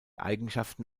eigenschaften